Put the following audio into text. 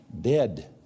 dead